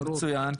זה מצוין,